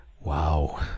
Wow